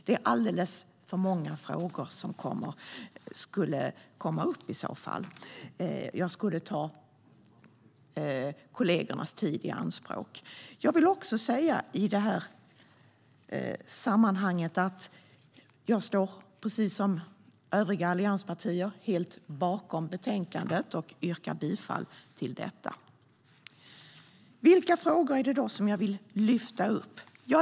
Det är alldeles för många frågor som skulle komma upp i så fall, och jag skulle ta kollegornas tid i anspråk. Vilka frågor vill jag lyfta upp?